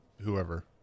whoever